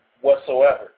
whatsoever